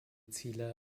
ziele